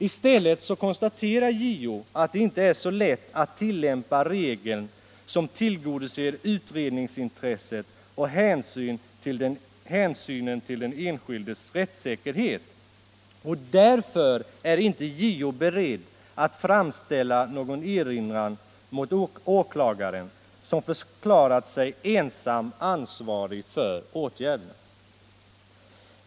I stället konstaterar JO att det inte är så lätt att tillämpa regeln som tillgodoser utredningsintresset och hänsynen till den enskildes rättssäkerhet, och därför är JO inte beredd att framställa någon erinran mot åklagaren, som förklarat sig ensam ansvarig för åtgärderna.